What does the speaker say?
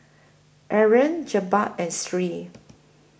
Aaron Jebat and Sri